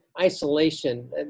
isolation